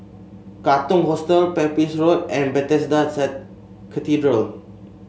Katong Hostel Pepys Road and Bethesda Cathedral